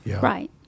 Right